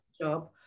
job